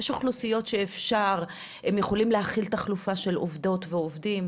יש אוכלוסיות שיכולות להכיל תחלופה של עובדות ועובדים,